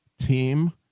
Team